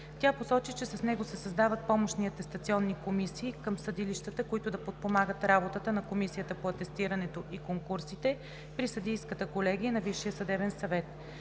Тя посочи, че с него се създават помощни атестационни комисии към съдилищата, които да подпомагат работата на Комисията по атестирането и конкурсите при съдийската колегия на Висшия съдебен съвет.